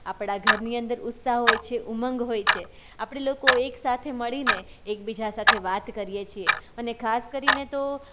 આપણાં ઘરની અંદર ઉત્સાહ હોય છે ઉમંગ હોય છે આપણે લોકો એક સાથે મળીને એક બીજા સાથે વાત કરીએ છીએ અને ખાસ કરીને તો